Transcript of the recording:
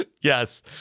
Yes